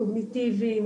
קוגניטיביים,